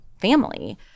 family